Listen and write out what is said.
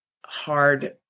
hard